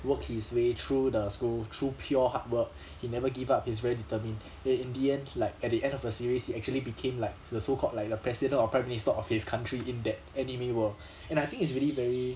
work his way through the school through pure hard work he never give up he's very determined eh in the end like at the end of the series he actually became like the so-called like the president or prime minister of his country in that anime world and I think it's really very